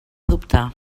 dubtar